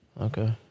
Okay